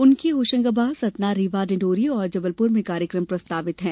उनके होशंगाबाद सतना रीवा डिंडोरी और जबलपुर में कार्यक्रम प्रस्तावित हैं